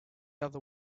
other